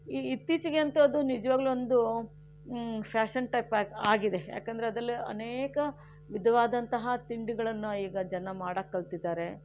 ಇತ್ತೀಚಿಗೆ ಅಂತೂ ಅದು ನಿಜವಾಗಲೂ ಒಂದು ಫ್ಯಾಷನ್ ಟೈಪ್ ಆಗಿ ಆಗಿದೆ ಯಾಕೆಂದರೆ ಅದರಲ್ಲಿ ಅನೇಕ ವಿಧವಾದಂತಹ ತಿಂಡಿಗಳನ್ನು ಈಗ ಜನ ಮಾಡಕ್ಕೆ ಕಲಿತಿದ್ದಾರೆ